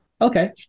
Okay